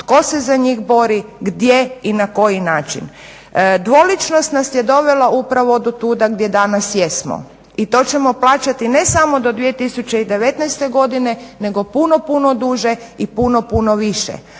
tko se za njih bori, gdje i na koji način. Dvoličnost nas je dovela upravo do tuda gdje danas jesmo i to ćemo plaćati ne samo do 2019.godine nego puno, puno duže i puno, puno više.